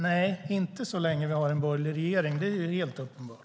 Nej, inte så länge vi har en borgerlig regering. Det är helt uppenbart.